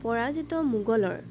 পৰাজিত মোগলৰ